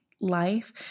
life